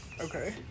Okay